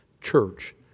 church